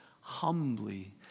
humbly